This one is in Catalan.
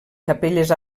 capelles